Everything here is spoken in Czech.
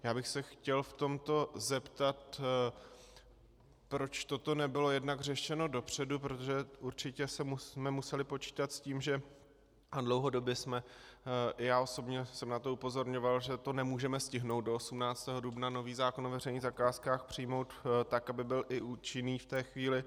Já bych se chtěl zeptat, proč toto nebylo jednak řešeno dopředu, protože určitě jsme museli počítat s tím, že dlouhodobě jsme, i já osobně jsem na to upozorňoval, že to nemůžeme stihnout do 18. dubna, nový zákon o veřejných zakázkách přijmout tak, aby byl i účinný v té chvíli.